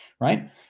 right